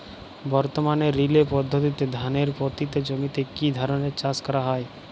বর্তমানে রিলে পদ্ধতিতে ধানের পতিত জমিতে কী ধরনের চাষ করা হয়?